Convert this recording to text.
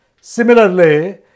Similarly